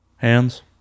Hands